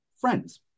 friends